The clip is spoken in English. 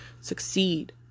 succeed